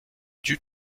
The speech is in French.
due